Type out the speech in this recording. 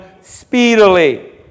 speedily